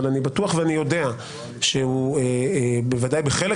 אבל אני בטוח ואני יודע שהוא בוודאי בחלק